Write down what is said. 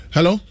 Hello